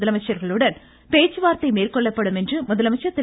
முதலமைச்சர்களுடன் பேச்சுவார்த்தை மேற்கொள்ளப்படும் என்று திரு